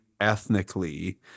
ethnically